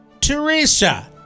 Teresa